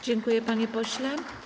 Dziękuję, panie pośle.